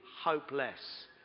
hopeless